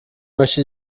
möchte